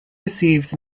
receives